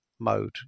mode